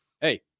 hey